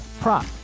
prop